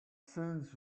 sends